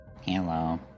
Hello